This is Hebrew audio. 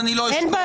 אני לא אשקול.